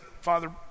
Father